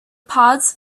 pods